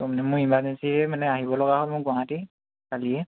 ত' মানে মোৰ ইমাৰ্জেঞ্চিয়ে মানে আহিব লগা হ'ল মানে গুৱাহাটী কালিয়ে